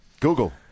Google